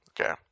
Okay